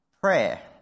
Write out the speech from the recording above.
prayer